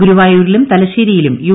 ഗുരുവായൂരിലും തലശ്ശേരിയിലും യു